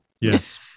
Yes